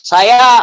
Saya